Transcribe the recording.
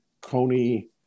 Coney